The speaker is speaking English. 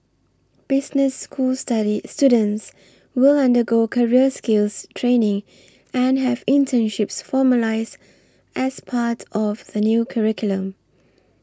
business school study students will undergo career skills training and have internships formalised as part of the new curriculum